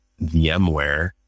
VMware